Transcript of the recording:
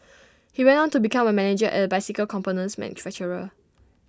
he went on to become A manager at A bicycle components manufacturer